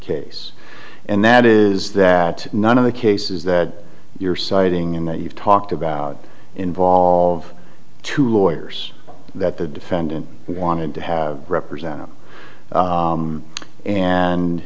case and that is that none of the cases that you're citing and that you've talked about involve two lawyers that the defendant wanted to have represent